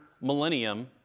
millennium